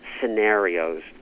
scenarios